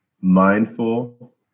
mindful